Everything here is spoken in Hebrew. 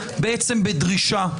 בעצם בדרישה,